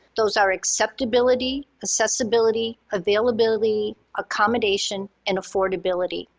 those are acceptability, accessibility, availability, accommodation, and affordability.